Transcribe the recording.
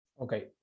Okay